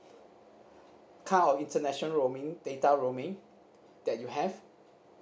kind of international roaming data roaming that you have